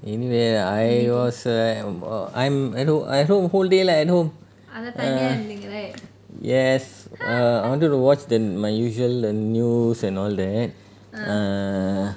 anyway I was err eh err I'm at ho~ I who~ who~ whole day leh at home err yes err I wanted to watch the my usual the news and all that err